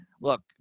look